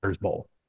bowl